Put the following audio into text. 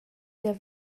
der